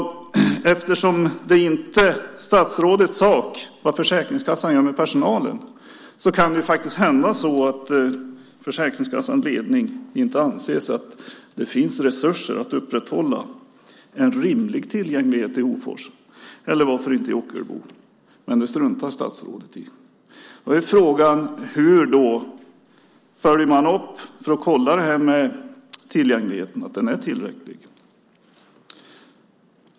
Eftersom det inte är statsrådets sak vad Försäkringskassan gör med personalen kan det faktiskt hända att Försäkringskassans ledning inte anser att det finns resurser att upprätthålla en rimlig tillgänglighet i Hofors, eller varför inte i Ockelbo. Men det struntar statsrådet i. Frågan är då hur man följer upp att tillgängligheten är tillräcklig.